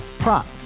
Prop